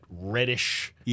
reddish